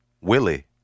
Willie